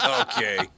Okay